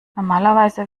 normalerweise